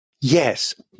yes